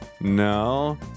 No